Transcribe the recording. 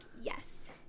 Yes